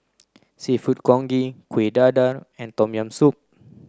Seafood Congee Kuih Dadar and Tom Yam Soup